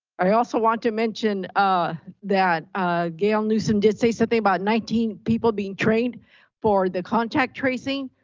i also want to mention ah that ah gail newsom did say something about nineteen people being trained for the contact tracing.